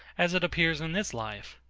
as it appears in this life.